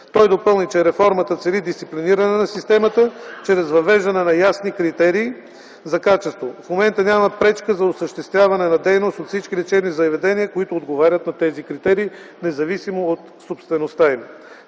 Той допълни, че реформата цели дисциплиниране на системата чрез въвеждане на ясни критерии за качество. В момента няма пречка за осъществяване на дейност от всички лечебни заведения, които отговарят на тези критерии, независимо от собствеността им.